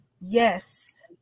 Yes